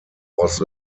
was